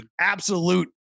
absolute